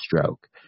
stroke